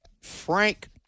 Frank